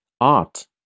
art